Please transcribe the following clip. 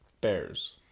bears